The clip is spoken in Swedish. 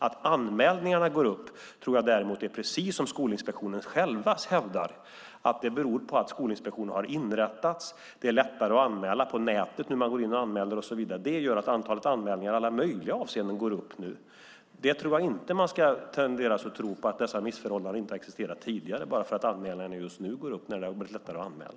Att antalet anmälningar går upp tror jag beror på att Skolinspektionen har inrättats, precis som Skolinspektionen själv hävdar. Det är lättare att anmäla på nätet nu. Det gör att antalet anmälningar i alla möjliga avseenden går upp nu. Jag tror inte att man ska tro att dessa missförhållanden inte har existerat tidigare bara för att antalet anmälningar nu går upp när det har blivit lättare att anmäla.